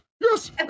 Yes